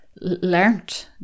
learned